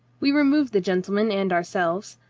we removed the gentleman and ourselves,